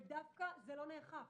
וזה לא נאכף,